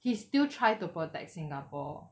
he still try to protect singapore